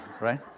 Right